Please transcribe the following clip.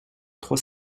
trois